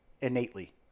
innately